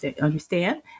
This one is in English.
understand